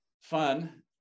fun